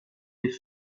les